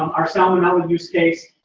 our salmonella use case,